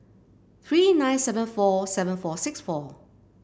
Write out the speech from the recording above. three nine seven four seven four six four